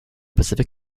pacific